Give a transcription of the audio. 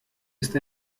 ist